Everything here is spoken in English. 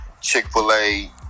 chick-fil-a